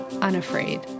unafraid